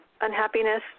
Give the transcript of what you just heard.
unhappiness